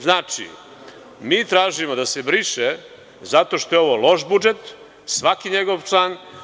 Znači, mi tražimo da se briše zato što je ovo loš budžet, svaki njegov član.